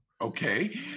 Okay